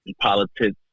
politics